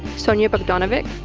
sonya bogdanovic,